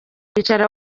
kwicara